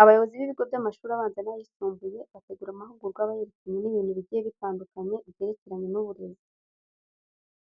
Abayobozi b'ibigo by'amashuri abanza n'ayisumbuye bategura amahugurwa aba yerekeranye n'ibintu bigiye bitandukanye byerekeranye n'uburezi.